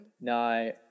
No